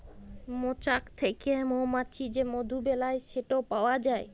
মচাক থ্যাকে মমাছি যে মধু বেলায় সেট পাউয়া যায়